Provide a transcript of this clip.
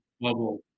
bubble